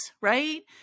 right